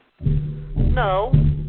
No